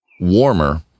warmer